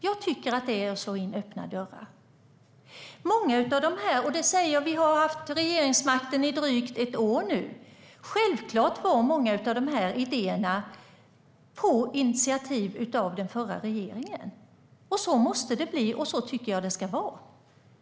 Jag tycker att det är att slå in öppna dörrar. Vi har haft regeringsmakten i drygt ett år nu. Självklart var många av de här idéerna initiativ från förra regeringen. Så måste det bli, och så tycker jag att det ska vara.